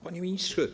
Panie Ministrze!